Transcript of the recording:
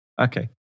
Okay